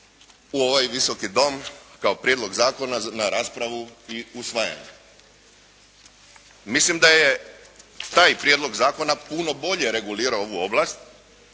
u ovaj Visoki dom kao prijedlog zakona na raspravu i usvajanje. Mislim da je taj prijedlog zakona puno bolje regulirao ovu oblast